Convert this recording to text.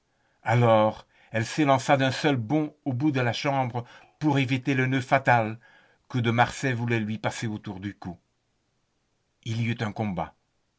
alors elle s'élança d'un seul bond au bout de la chambre pour éviter le nœud fatal que de marsay voulait lui passer autour du cou il y eut un combat